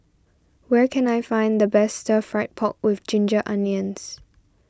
where can I find the best Stir Fried Pork with Ginger Onions